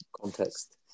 context